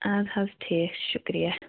اَدٕ حظ ٹھیٖک چھُ شُکریہ